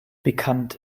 bekannt